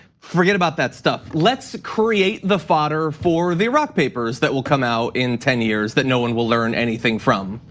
forget about that stuff. let's create the fodder for the iraq papers that will come out in ten years that no one will learn anything from.